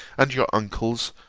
and your uncles,